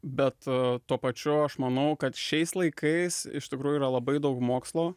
bet tuo pačiu aš manau kad šiais laikais iš tikrųjų yra labai daug mokslo